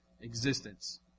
existence